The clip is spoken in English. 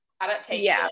adaptation